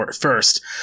first